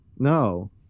no